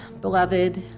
beloved